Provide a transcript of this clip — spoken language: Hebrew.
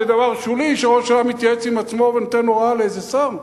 זה דבר שולי שראש הממשלה מתייעץ עם עצמו ונותן הוראה לאיזה שר?